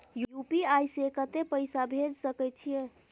UPI से कत्ते पैसा भेज सके छियै?